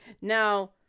Now